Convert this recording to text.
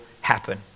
happen